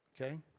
okay